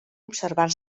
observar